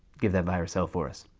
give that virus hell for us.